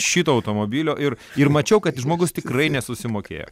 šito automobilio ir ir mačiau kad žmogus tikrai nesusimokėjo